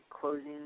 closing